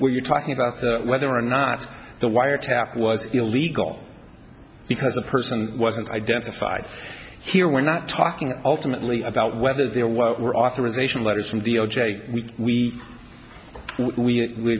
where you're talking about whether or not the wiretap was illegal because the person wasn't identified here we're not talking ultimately about whether they're what we're authorization letters from d o j we